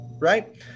Right